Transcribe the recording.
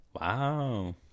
Wow